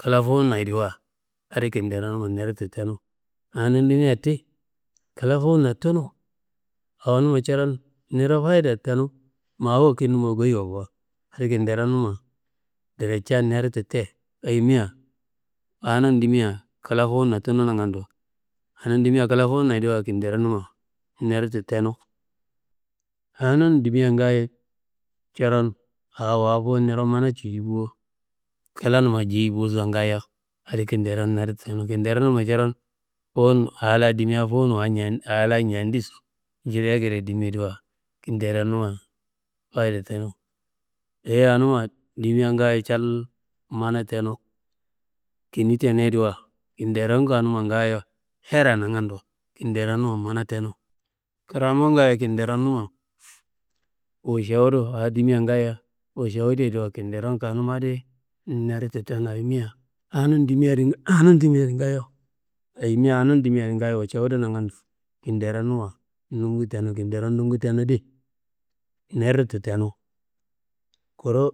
Kla fuwunayediwa, adi kinderonuma neditu tenu, awo dimea ti kla fuwuna tunu, awonuma coron niro fayida tenu, ma wakitnuma ngoyi wa ko, adi kinderonuma direcea neditu te, ayimia awonum dimia kla fuwuna tunu nangando, awonum dimia kla fuwunayediwa kinderonuma neditu tenu. Awonum dimia ngaayo, coron awo waa coron mana cudi bo, klanumma jeyi bosa ngaayo, adi kinderom naditu tenu, kinderonuma coron fuwun aa la dimia fuwun wa alayi njendiso jili akedia dimiyediwa kinderonuma fayide tenu, dayi awonuma dimia cal mana tenu, kini tenuyediwa, kinderom kanuma ngaayo herra nangando, kinderonuma mana tenu. Krammo ngaayo kinderonuma ušewudu, awo dimia ngaayo ušewudiyediwa kinderom kanuma adi neditu tenu, ayimia awonum dimia adi ngaayo ayimia awonum dimia di ngaayo ušewudu nagando, kinderonuma nungu tenu, kinderom nungu tenu neditu tenu. Kuru